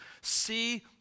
See